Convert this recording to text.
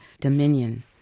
dominion